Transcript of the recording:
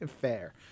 Fair